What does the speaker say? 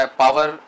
power